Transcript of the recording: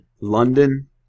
London